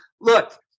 Look